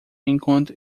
enquanto